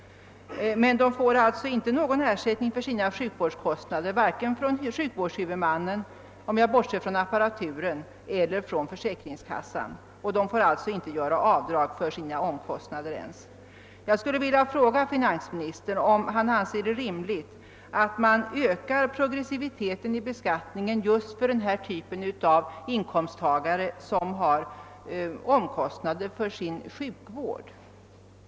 Men de får ingen ersättning för sina sjukvårdskostnader, vare sig från sjukvårdshuvudmannen — om. jag bortser från ersättning för apparatur — eller från försäkringskassan, och de får inte ens göra avdrag för sina omkostnader. Anser finansministern det rimligt att man ökar progressiviteten i beskattningen för just denna typ av inkomsttagare som har stora kostnader för sin sjukvård?